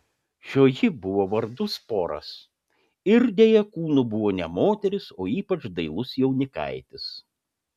šioji buvo vardu sporas ir deja kūnu buvo ne moteris o ypač dailus jaunikaitis